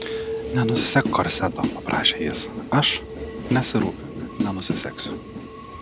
nenusisek korseto paprašė jis aš nesirūpink nenusisegsiu